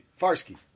Farsky